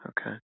Okay